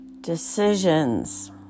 Decisions